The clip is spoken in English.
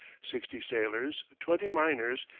sixty sailors, twenty miners,